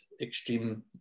extreme